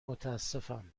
متاسفم